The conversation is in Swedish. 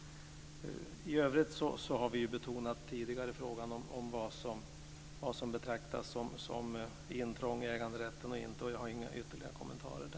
I övrigt har vi tidigare betonat vad som betraktas som intrång i äganderätten och inte. Jag har inga ytterligare kommentarer där.